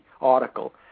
article